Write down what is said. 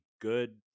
good